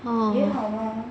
orh